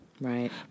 Right